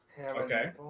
okay